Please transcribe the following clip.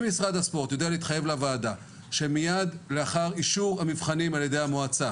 אם משרד הספורט יודע להתחייב לוועדה שמיד לאחר אישור המבחנים ע"י המועצה